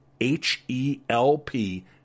H-E-L-P